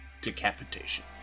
Decapitation